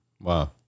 wow